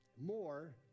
more